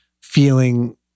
feeling